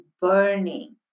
burning